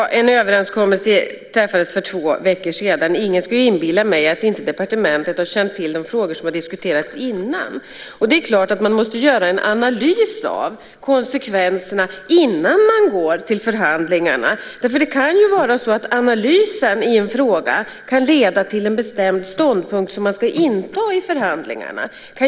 Herr talman! Ja, det träffades en överenskommelse för två veckor sedan. Ingen ska inbilla mig att departementet inte dessförinnan har känt till de frågor som har diskuterats. Det är klart att man måste göra en analys av konsekvenserna innan man går till förhandlingarna. Det kan ju vara så att analysen i en fråga kan leda till en bestämd ståndpunkt som man ska inta i förhandlingarna.